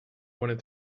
wanted